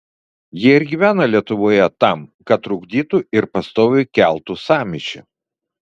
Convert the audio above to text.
jie ir gyvena lietuvoje tam kad trukdytų ir pastoviai keltų sąmyšį